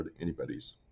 anybody's